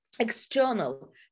external